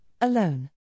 alone